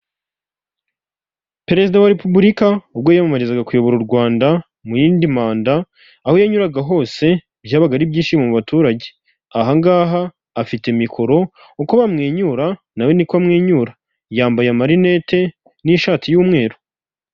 Perezida wa repubulika ubwo yiyamamarizaga kuyobora u Rwanda mu yindi manda, aho yanyuraga hose byabaga ari ibyishimo mu baturage, aha ngaha afite mikoro uko bamwenyura nawe niko amwenyura yambaye amarinete n'ishati y'umweru.